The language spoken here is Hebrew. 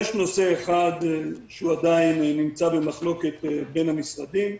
יש נושא אחד שעדיין נמצא במחלוקת בין המשרדים,